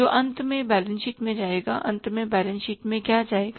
जो अंत में बैलेंस शीट में जाएगा अंत में बैलेंस शीट में क्या जाएगा